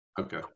Okay